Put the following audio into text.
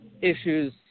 issues